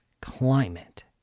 climate